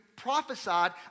Prophesied